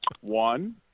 One